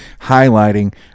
highlighting